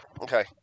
Okay